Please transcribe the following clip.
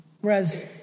Whereas